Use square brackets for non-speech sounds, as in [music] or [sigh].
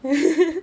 [laughs]